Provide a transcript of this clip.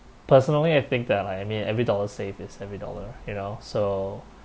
personally I think that I mean every dollar saved it's every dollar you know so